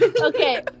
Okay